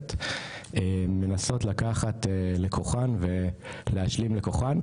והכנסת מנסות לקחת לכוחן ולהשלים לכוחן,